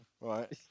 right